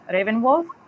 Ravenwolf